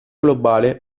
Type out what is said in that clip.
globale